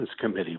Committee